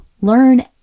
learn